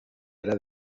era